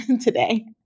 today